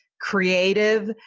creative